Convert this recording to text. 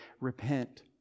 repent